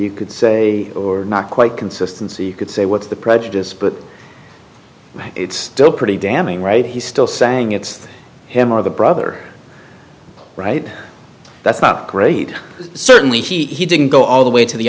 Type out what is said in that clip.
you could say or not quite consistency could say what the prejudice but it's still pretty damning right he's still saying it's him or the brother right that's great certainly he didn't go all the way to the